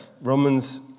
Romans